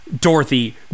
Dorothy